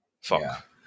Fuck